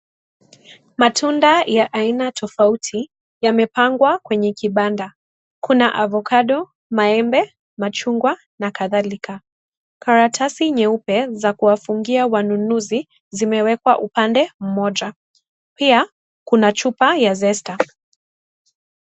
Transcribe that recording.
Matunda ya aina tofauti yamepangwa kwenye kibanda. Kuna avocado, machungwa, maembe, machungwa na kadhalika. Karatasi nyeupe ya kuwafungia wanunuzi zimewekwa upande moja Pia, kuna chupa ya (cs)zesta(cs).